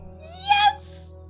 Yes